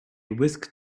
whisked